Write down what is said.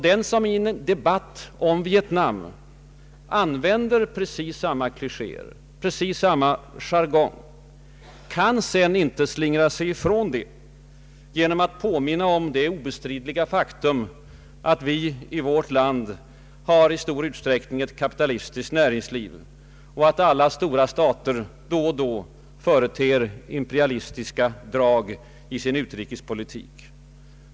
Den som i en debatt om Vietnam använder precis samma klichéer, precis samma jargong, kan därför inte slingra sig ifrån detta genom att påminna om det obestridliga faktum att vi i vårt land har ett i stor utsträckning kapitalistiskt näringsliv och att alla stora stater då och då företer imperialistiska drag i sin utrikespolitik.